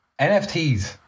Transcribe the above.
NFTs